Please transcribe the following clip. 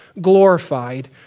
glorified